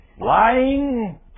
Lying